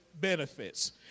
Benefits